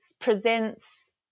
presents